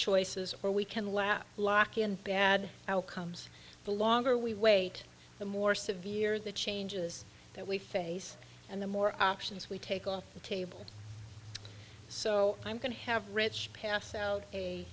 choices or we can laugh lock in bad outcomes the longer we wait the more severe the changes that we face and the more options we take off the table so i'm going to have rich pass out a